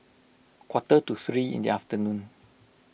quarter to three in the afternoon